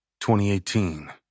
2018